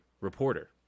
reporter